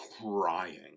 crying